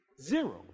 Zero